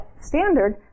standard